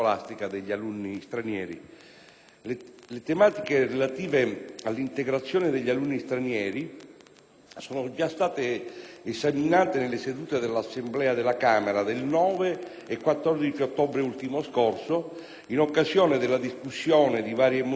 Le tematiche relative all'integrazione degli alunni stranieri sono state già esaminate nelle sedute dell'Assemblea della Camera del 9 e 14 ottobre ultimo scorso, in occasione della discussione di varie mozioni al riguardo presentate